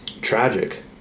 tragic